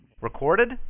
Recorded